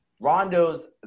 Rondo's